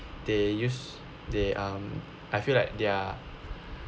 they use they um I feel like their